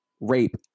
Rape